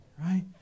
right